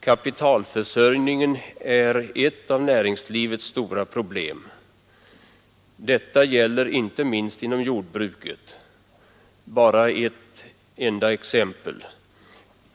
Kapitalförsörjningen är ett av näringslivets stora problem. Detta gäller inte minst inom jordbruket. Bara ett enda exempel.